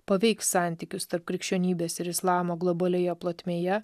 paveiks santykius tarp krikščionybės ir islamo globalioje plotmėje